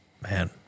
Man